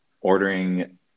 ordering